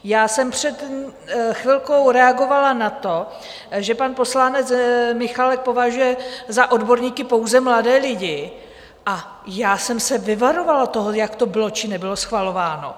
Já jsem před chvilkou reagovala na to, že pan poslanec Michálek považuje za odborníky pouze mladé lidi, a já jsem se vyvarovala toho, jak to bylo či nebylo schvalováno.